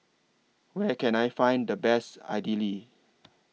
Where Can I Find The Best Idili